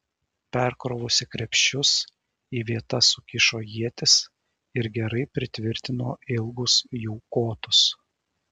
perkrovusi krepšius į vietas sukišo ietis ir gerai pritvirtino ilgus jų kotus